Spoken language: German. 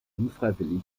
unfreiwillig